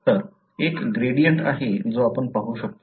तर एक ग्रेडियंट आहे जो आपण पाहू शकतो